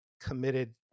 committed